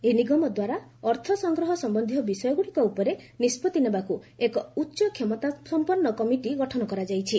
ଏହି ନିଗମଦ୍ୱାରା ଅର୍ଥ ସଂଗ୍ରହ ସମ୍ଭନ୍ଧୀୟ ବିଷୟଗ୍ରଡ଼ିକ ଉପରେ ନିଷ୍ପଭି ନେବାକୁ ଏକ ଉଚ୍ଚ କ୍ଷମତାସମ୍ପନ୍ନ କମିଟି ଗଠନ କରାଯାଇଛି